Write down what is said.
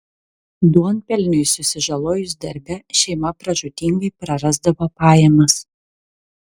duonpelniui susižalojus darbe šeima pražūtingai prarasdavo pajamas